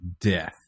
death